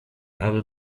aby